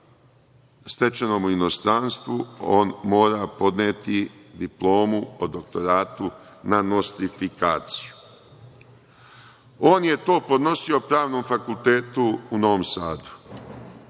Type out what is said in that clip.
stečenog u inostranstvu, on mora podneti diplomu o doktoratu na nostrifikaciju. On je to podnosio Pravnom fakultetu u Novom Sadu